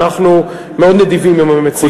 אנחנו מאוד נדיבים עם המציעים.